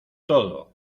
todo